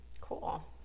Cool